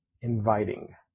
inviting